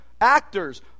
actors